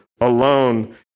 alone